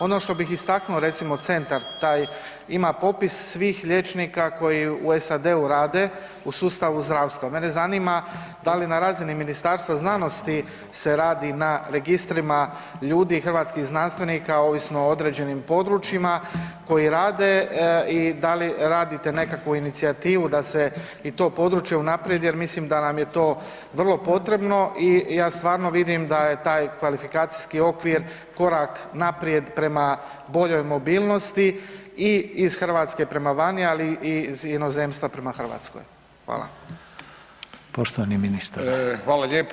Ono to bih istaknuo recimo centar taj ima popis svih liječnika koji u SAD-u rade u sustavu zdravstva, mene zanima da li na razini Ministarstva znanosti se radi na registrima ljudi hrvatskih znanstvenika ovisno o određenim područjima koji rade i da li radite nekakvu inicijativu da se i to područje unaprijedi jel mislim da nam je to vrlo potrebno i ja stvarno vidim da je taj kvalifikacijski okvir korak naprijed prema boljoj mobilnosti i iz Hrvatske prema vani, ali i iz inozemstva prema Hrvatskoj.